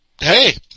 hey